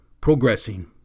Progressing